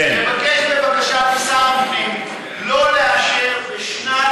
תבקש בבקשה משר הפנים שלא לאשר בשנת